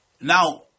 Now